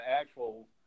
actual